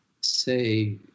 say